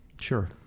Sure